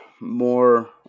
more